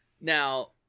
Now